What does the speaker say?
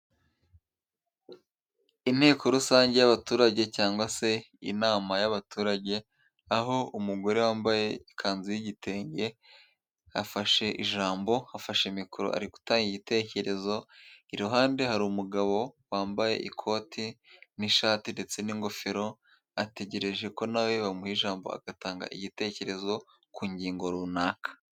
Inteko rusange y'abaturage cyangwa se inama y'abaturage, aho umugore wambaye ikanzu y'igitenge afashe ijambo afashe mikoro ari gutanga igitekerezo iruhande hari umugabo wambaye ikote n'ishati ndetse n'ingofero ategereje ko nawe bamuha ijambo agatanga igitekerezo ku ngingo runaka.